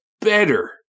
better